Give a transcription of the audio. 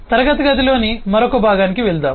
class లోని మరొక భాగానికి వెళ్దాం